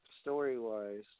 story-wise